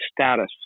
status